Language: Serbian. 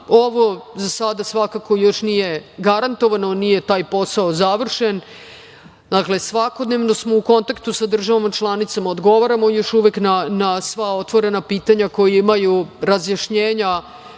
Ovo za sada svakako još nije garantovano, nije taj posao završen. Dakle, svakodnevno smo u kontaktu sa državama članicama, odgovaramo još uvek na sva otvorena pitanja koja imaju razjašnjenja